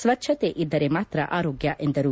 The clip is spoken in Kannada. ಸ್ವಚ್ಛತೆ ಇದ್ದರೆ ಮಾತ್ರ ಆರೋಗ್ಯ ಎಂದರು